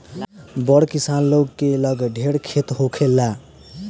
बड़ किसान लोग के लगे ढेर खेत होखेला